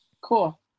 Cool